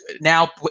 now